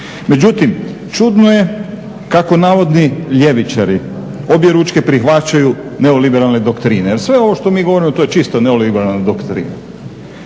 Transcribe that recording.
Međutim, čudno je kako navodni ljevičari objeručke prihvaćaju neoliberalne doktrine. Jer sve ovo što mi govorimo to je čisto neoliberalna doktrina.